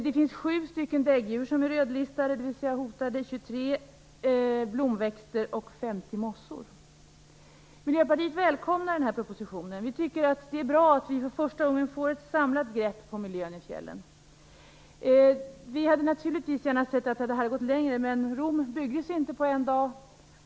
Det finns 7 däggdjur som är rödlistade, dvs. hotade, 23 blomväxter och 50 Miljöpartiet välkomnar den här propositionen. Vi tycker att det är bra att vi för första gången får ett samlat grepp om miljön i fjällen. Vi hade naturligtvis gärna sett att den hade gått längre, men Rom byggdes inte på en dag.